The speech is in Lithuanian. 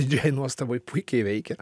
didžiajai nuostabai puikiai veikia